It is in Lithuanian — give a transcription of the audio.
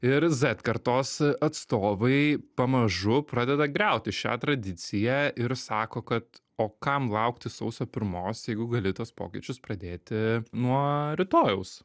ir zet kartos atstovai pamažu pradeda griauti šią tradiciją ir sako kad o kam laukti sausio pirmos jeigu gali tuos pokyčius pradėti nuo rytojaus